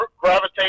gravitate